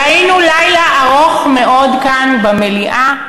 והיינו לילה ארוך מאוד כאן במליאה.